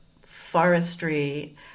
forestry